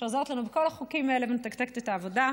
שעוזרת לנו בכל החוקים האלה ומתקתקת את העבודה,